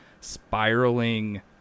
spiraling